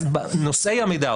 אז נושאי המידע,